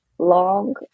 long